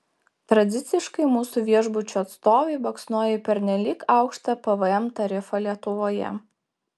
tradiciškai mūsų viešbučių atstovai baksnoja į pernelyg aukštą pvm tarifą lietuvoje